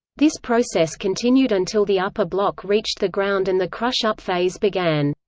this process continued until the upper block reached the ground and the crush-up phase began.